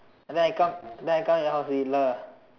and then I come and then I come your house to eat lah